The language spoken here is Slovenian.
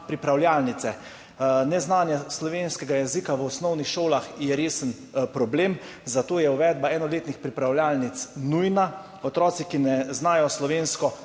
pripravljalnice. Neznanje slovenskega jezika v osnovnih šolah je resen problem, zato je uvedba enoletnih pripravljalnic nujna. Otroci, ki ne znajo slovensko,